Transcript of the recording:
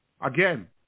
again